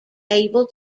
able